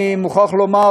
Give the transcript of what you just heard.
אני מוכרח לומר,